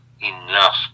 enough